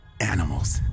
animals